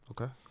Okay